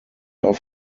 auf